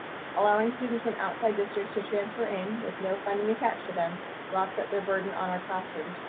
allowing students from outside districts to transfer in with no funding attached to them to offset their burden on our classrooms,